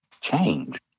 change